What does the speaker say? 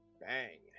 bang